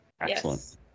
Excellent